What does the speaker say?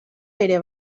ere